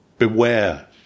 Beware